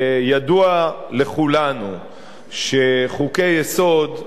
וידוע לכולנו שחוקי-יסוד,